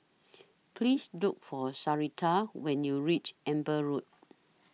Please Look For Sharita when YOU REACH Amber Road